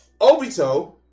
Obito